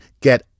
Get